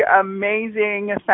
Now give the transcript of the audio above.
amazing